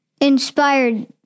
inspired